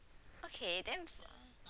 okay then for